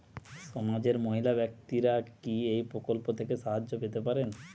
সমাজের মহিলা ব্যাক্তিরা কি এই প্রকল্প থেকে সাহায্য পেতে পারেন?